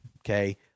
Okay